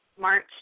March